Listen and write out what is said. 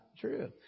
true